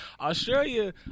Australia